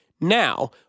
Now